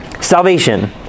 Salvation